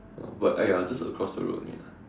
ya but !aiya! just across the road only ah